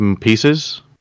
pieces